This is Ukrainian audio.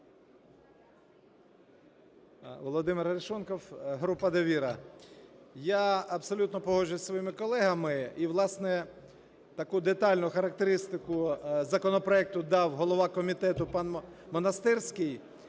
Володимир Арешонков, група "Довіра". Я абсолютно погоджуюсь із своїми колегами, і, власне, таку детальну характеристику законопроекту дав голова комітету пан Монастирський.